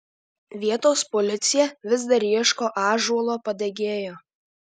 vietos policija vis dar ieško ąžuolo padegėjo